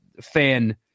fan